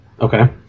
Okay